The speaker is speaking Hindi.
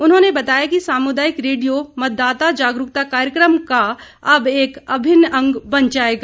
उन्होंने बताया कि सामुदायिक रेडियो मतदाता जागरूकता कार्यक्रम का अब एक अभिन्न अंग बन जायेगा